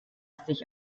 sich